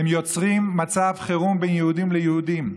הם יוצרים מצב חירום בין יהודים ליהודים.